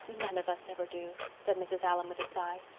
none of us ever do, said mrs. allan with a sigh.